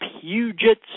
Puget